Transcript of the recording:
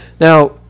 Now